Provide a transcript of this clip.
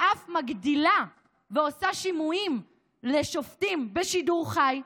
שאף מגדילה לעשות ועושה שימועים לשופטים בשידור חי,